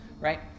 right